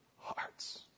hearts